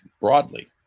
broadly